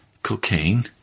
Cocaine